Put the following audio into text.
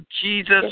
Jesus